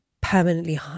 permanently